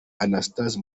anastase